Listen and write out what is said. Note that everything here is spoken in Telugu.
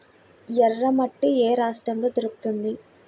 ఎర్రమట్టి ఏ రాష్ట్రంలో దొరుకుతుంది?